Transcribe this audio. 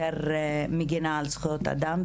יותר מגינה על זכויות אדם,